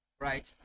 right